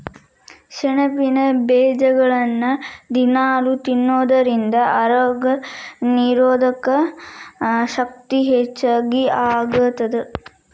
ಸೆಣಬಿನ ಬೇಜಗಳನ್ನ ದಿನಾಲೂ ತಿನ್ನೋದರಿಂದ ರೋಗನಿರೋಧಕ ಶಕ್ತಿ ಹೆಚ್ಚಗಿ ಆಗತ್ತದ